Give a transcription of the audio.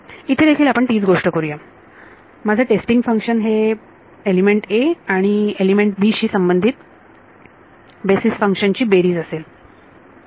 इथे देखील आपण तीच गोष्ट करू या माझे टेस्टिंग फंक्शन हे एलिमेंट a आणि एलिमेंट b शी संबंधित बेसीस फंक्शन ची बेरीज असेल बरोबर